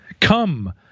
Come